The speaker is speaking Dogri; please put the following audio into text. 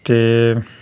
ते